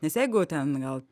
nes jeigu ten gal